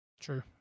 true